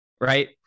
Right